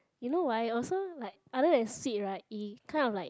you know right also like other than sweet right it kind of like